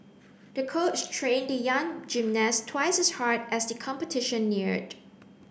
the coach trained the young gymnast twice as hard as the competition neared